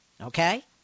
Okay